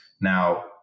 Now